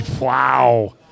Wow